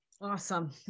Awesome